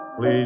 Please